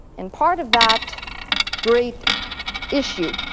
and part of that great issue